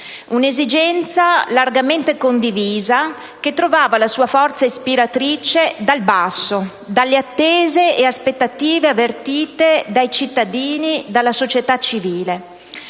un'esigenza largamente condivisa, che trovava la sua forza ispiratrice dal basso, dalle attese e delle aspettative avvertite dai cittadini, dalla società civile.